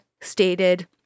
stated